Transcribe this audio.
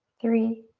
three,